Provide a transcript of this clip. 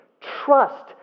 trust